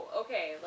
okay